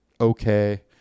okay